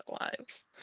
lives